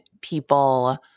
people